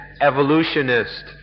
evolutionist